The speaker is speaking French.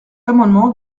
amendement